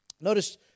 Notice